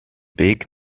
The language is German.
weg